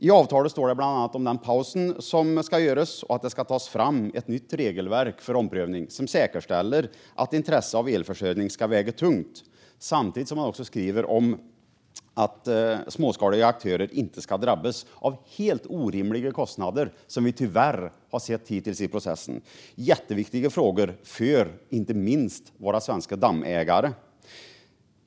I avtalet står bland annat om den paus som ska göras och att det ska tas fram ett nytt regelverk för omprövning som säkerställer att intresset av elförsörjning ska väga tungt, samtidigt som man också skriver att småskaliga aktörer inte ska drabbas av helt orimliga kostnader som vi tyvärr har sett hittills i processen. Det är jätteviktiga frågor, inte minst för våra svenska dammägare.